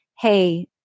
hey